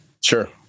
Sure